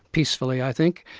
peacefully i think,